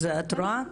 את רואה?